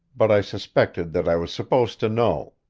but i suspected that i was supposed to know,